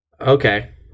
Okay